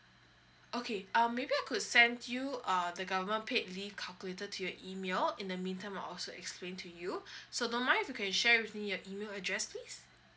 okay um maybe I could send you uh the government paid leave calculated to your email in the meantime I also explain to you so don't mine if you can share with me your email address please